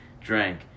drank